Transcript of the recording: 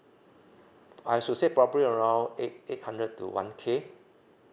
I should say probably around eight eight hundred to one K